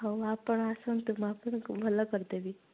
ହଉ ଆପଣ ଆସନ୍ତୁ ମୁଁ ଆପଣଙ୍କୁ ଭଲ କରିଦେବି